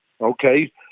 okay